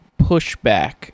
pushback